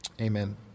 amen